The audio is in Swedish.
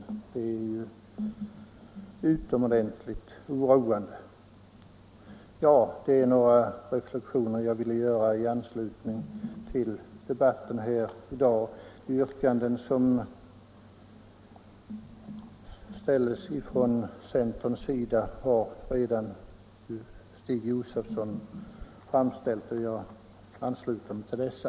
Det är utomordentligt oroande. Det här var några reflexioner jag ville göra i anslutning till debatten här i dag. Centerns yrkanden har redan framställts av Stig Josefson, och jag ansluter mig till dessa.